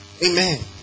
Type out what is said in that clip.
Amen